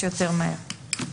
אני סוגרת את הישיבה.